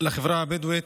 לחברה הבדואית,